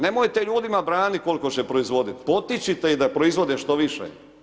Nemojte ljudima braniti koliko će proizvoditi, potičete ih da proizvode što više.